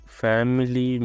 family